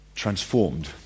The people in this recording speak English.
Transformed